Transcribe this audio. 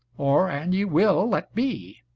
or an ye will let be,